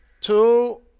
two